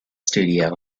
studio